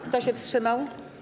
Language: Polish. Kto się wstrzymał?